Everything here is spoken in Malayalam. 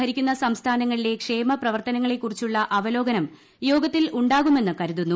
ഭരിക്കുന്ന സംസ്ഥാനങ്ങളിലെ ക്ഷേമപ്രവർത്തനങ്ങളെക്കുറിച്ചുളള അവലോകനം യോഗത്തിൽ ഉണ്ടാകുമെന്ന് കരുതുന്നു